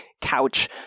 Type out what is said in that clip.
couch